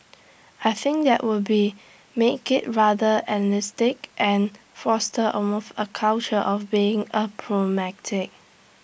I think that would be make IT rather elitistic and foster almost A culture of being A pragmatic